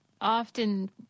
often